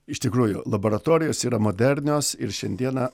iš tikrųjų laboratorijos yra modernios ir šiandieną